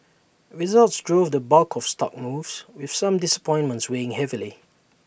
results drove the bulk of stock moves with some disappointments weighing heavily